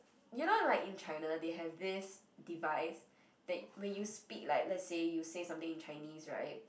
you know like in China they have this device that when you speak like let's say you say something in Chinese [right]